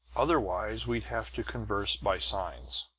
otherwise we'd have to converse by signs.